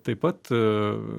taip pat